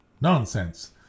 Nonsense